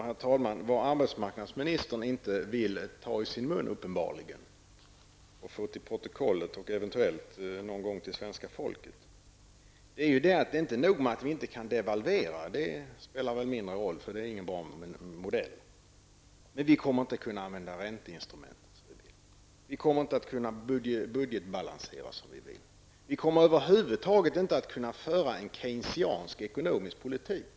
Herr talman! Vad arbetsmarknadsministern uppenbarligen inte vill ta i sin mun, föra till protokollet och eventuellt någon gång till svenska folket är att det inte är nog med att vi inte kan devalvera -- det spelar en mindre roll eftersom det inte är någon bra modell. Men vi kommer inte heller att kunna använda ränteinstrumentet. Vi kommer inte att kunna budgetbalansera som vi vill. Vi kommer över huvud taget inte att kunna föra en Keynesiansk ekonomisk politik.